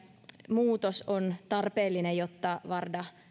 muutos on tarpeellinen jotta vardan